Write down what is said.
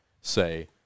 say